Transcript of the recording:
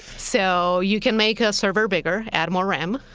so you can make a server bigger, add more ram.